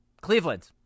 Cleveland